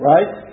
Right